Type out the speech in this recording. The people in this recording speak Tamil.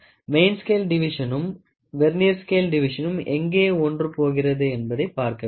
மெயின் ஸ்கேல் டிவிஷனும் வெர்னியர் ஸ்கேல் டிவிஷனும் எங்கே ஒன்று போகிறது என்பதை பார்க்க வேண்டும்